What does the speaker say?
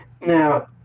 Now